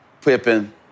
Pippen